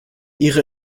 ihre